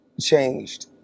changed